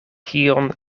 kion